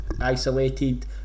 isolated